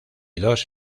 dos